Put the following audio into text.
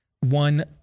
one